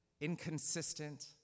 inconsistent